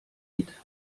lied